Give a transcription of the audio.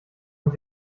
und